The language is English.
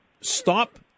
stop